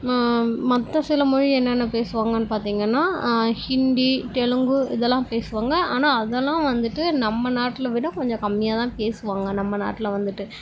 மற்ற சில மொழி என்னன்ன பேசுவாங்கன்னு பார்த்தீங்கன்னா ஹிந்தி தெலுங்கு இதெல்லாம் பேசுவாங்க ஆனால் அதெல்லாம் வந்துவிட்டு நம்ம நாட்டில் விட கொஞ்சம் கம்மியாகதான் பேசுவாங்க நம்ம நாட்டில் வந்துவிட்டு